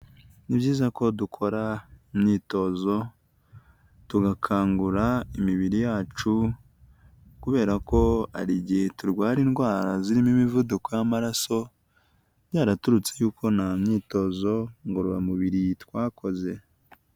Ni byiza ko dukora imyitozo, tugakangura imibiri yacu, kubera ko hari igihe turwara indwara zirimo imivuduko y'amaraso, byaraturutse kuko nta myitozo ngororamubiri twakoze.